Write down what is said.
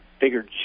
bigger